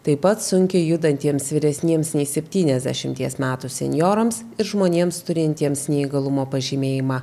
taip pat sunkiai judantiems vyresniems nei septyniasdešimties metų senjorams ir žmonėms turintiems neįgalumo pažymėjimą